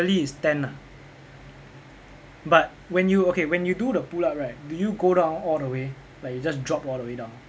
is ten ah but when you okay when you do the pull-up right do you go down all the way like you just drop all the way down